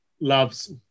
loves